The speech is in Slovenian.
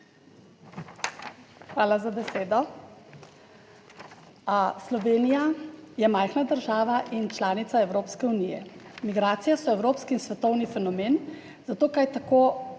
Hvala za besedo. Slovenija je majhna država in članica Evropske unije. Migracije so evropski in svetovni fenomen, zato kot takega